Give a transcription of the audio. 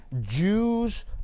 Jews